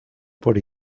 por